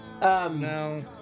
no